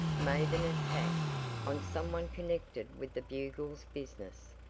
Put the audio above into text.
made an attack on some one connected with the bugle's business,